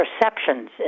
perceptions